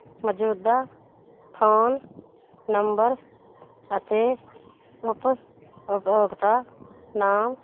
ਮੌਜੂਦਾ phone number ਅਤੇ ਉਪਭੋਗਤਾ ਨਾਲ